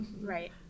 Right